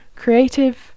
Creative